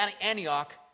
Antioch